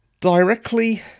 directly